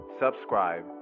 subscribe